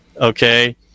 Okay